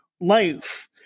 life